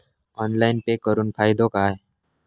Online pay करुन फायदो काय?